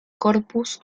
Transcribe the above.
corpus